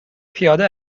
پیاده